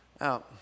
out